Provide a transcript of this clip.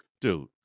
dude